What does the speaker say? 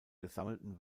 gesammelten